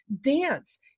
dance